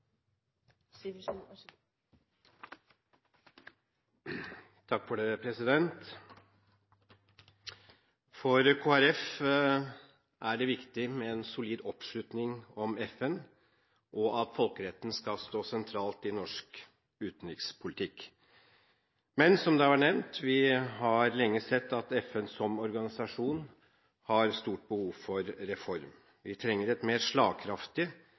det viktig med en solid oppslutning om FN og at folkeretten skal stå sentralt i norsk utenrikspolitikk. Men, som det har vært nevnt, vi har lenge sett at FN som organisasjon har stort behov for reform. Vi trenger et mer slagkraftig,